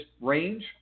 range